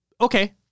Okay